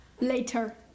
Later